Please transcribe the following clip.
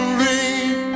rain